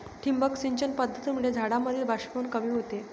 ठिबक सिंचन पद्धतीमुळे झाडांमधील बाष्पीभवन कमी होते